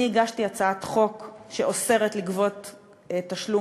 אני הגשתי הצעת חוק שאוסרת לגבות תשלום